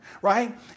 Right